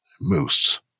moose